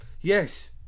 Yes